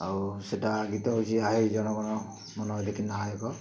ଆଉ ସେଟା ଗୀତ ହଉଛେ ଆହେ ଜନ ଗଣ ମନ ଅଧିନାୟକ